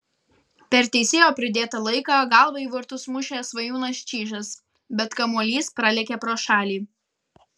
per teisėjo pridėtą laiką galva į vartus mušė svajūnas čyžas bet kamuolys pralėkė pro šalį